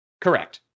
Correct